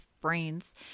brains